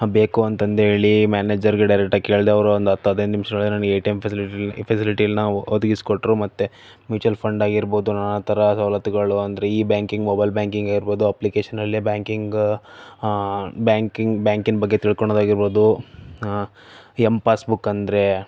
ಬೇಕು ಅಂತಂದು ಹೇಳಿ ಮ್ಯಾನೇಜರ್ಗೆ ಡೈರೆಕ್ಟ್ ಆಗಿ ಕೇಳದೇ ಅವರು ಒಂದು ಹತ್ತು ಹದಿನೈದು ನಿಮಿಷದೊಳಗಡೆ ನನಗೆ ಎ ಟಿ ಎಂ ಫೆಸಿಲಿಟಿಲಿ ಫೆಸಿಲಿಟಿಲಿ ನಾವು ಒದಗಿಸಿಕೊಟ್ರೂ ಮತ್ತೆ ಮ್ಯುಚುವಲ್ ಫಂಡ್ ಆಗಿರ್ಬೋದು ಆ ಥರ ಸವಲತ್ತುಗಳು ಅಂದರೆ ಇ ಬ್ಯಾಂಕಿಂಗ್ ಮೊಬೈಲ್ ಬ್ಯಾಂಕಿಂಗ್ ಇರ್ಬೋದು ಅಪ್ಲಿಕೇಶನ್ನಲ್ಲೇ ಬ್ಯಾಂಕಿಂಗ್ ಬ್ಯಾಂಕಿಂಗ್ ಬ್ಯಾಂಕಿನ ಬಗ್ಗೆ ತಿಳ್ಕೊಳ್ಳೋದು ಆಗಿರ್ಬೋದು ಎಂ ಪಾಸ್ಬುಕ್ ಅಂದರೆ